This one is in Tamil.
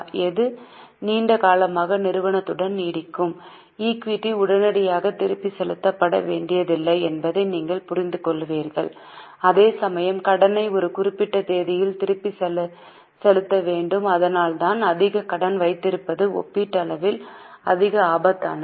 எது நீண்ட காலமாக நிறுவனத்துடன் நீடிக்கும் ஈக்விட்டி உடனடியாக திருப்பிச் செலுத்தப்பட வேண்டியதில்லை என்பதை நீங்கள் புரிந்துகொள்வீர்கள் அதேசமயம் கடனை ஒரு குறிப்பிட்ட தேதியில் திருப்பிச் செலுத்த வேண்டும் அதனால்தான் அதிக கடன் வைத்திருப்பது ஒப்பீட்டளவில் அதிக ஆபத்தானது